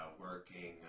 working